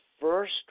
first